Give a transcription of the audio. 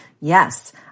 Yes